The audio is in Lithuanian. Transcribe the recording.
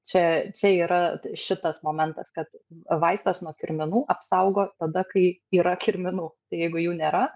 čia čia yra šitas momentas kad vaistas nuo kirminų apsaugo tada kai yra kirminų tai jeigu jų nėra